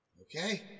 Okay